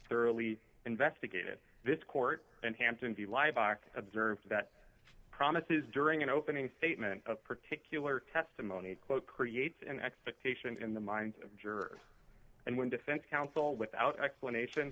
thoroughly investigated this court and hampton the lie back observed that promises during an opening statement of particular testimony quote creates an expectation in the minds of jurors and when defense counsel without explanation